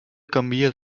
canvia